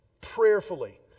prayerfully